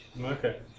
Okay